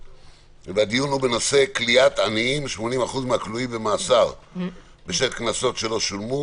והדיון הוא בנושא כליאת עניים בשל קנסות שלא שולמו.